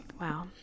Wow